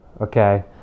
okay